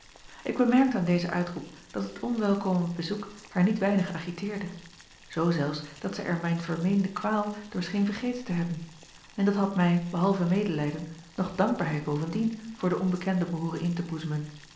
k bemerkte aan dezen uitroep dat het onwelkome bezoek haar niet weinig agiteerde zoo zelfs dat zij er mijn vermeende kwaal door scheen vergeten te hebben en dat had mij behalve medelijden nog dankbaarheid bovendien voor de onbekende behooren in te